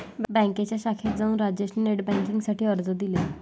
बँकेच्या शाखेत जाऊन राजेश ने नेट बेन्किंग साठी अर्ज दिले